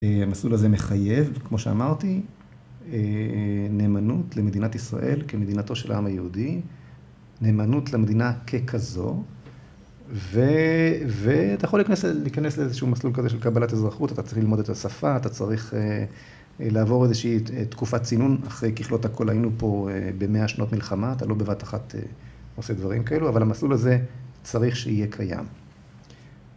המסלול הזה מחייב, כמו שאמרתי, נאמנות למדינת ישראל כמדינתו של העם היהודי, נאמנות למדינה ככזו, ואתה יכול להיכנס לאיזשהו מסלול כזה של קבלת אזרחות, אתה צריך ללמוד את השפה, אתה צריך לעבור איזושהי תקופת צינון, אחרי ככלות הכל היינו פה במאה השנות מלחמה, אתה לא בבת אחת עושה דברים כאלו, אבל המסלול הזה צריך שיהיה קיים.